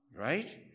Right